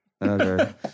Okay